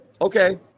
Okay